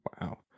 Wow